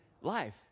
life